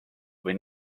või